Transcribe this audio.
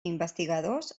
investigadors